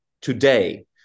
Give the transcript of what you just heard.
today